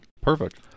Perfect